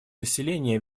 населения